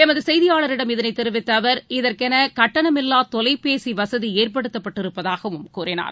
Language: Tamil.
எமதுசெய்தியாளரிடம் தெரிவித்தஅவர் இதனைத் இதற்கெனகட்டணமில்லாதொலைபேசிவசதிஏற்படுத்தப்பட்டிருப்பதாகவும் கூறினார்